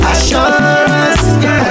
Assurance